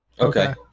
Okay